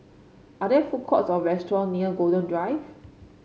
are there food courts or restaurant near Golden Drive